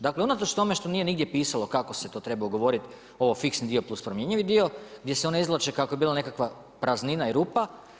Dakle, unatoč tome što nije nigdje pisalo kako se to treba ugovoriti, ovo fiksni plus promjenjivi dio gdje se one izvlače kako je bila nekakva praznina i rupa.